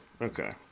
okay